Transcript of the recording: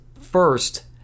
first